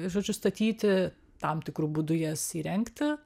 žodžiu statyti tam tikru būdu jas įrengti